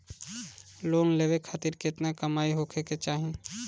Loan लेवे खातिर केतना कमाई होखे के चाही?